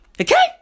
Okay